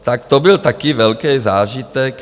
Tak to byl taky velký zážitek.